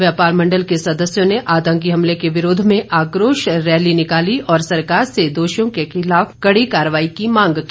व्यापार मण्डल के सदस्यों ने आतंकी हमले के विरोध में आक्रोश रैली निकाली और सरकार से दोषियों के खिलाफ कड़ी कार्रवाई की मांग की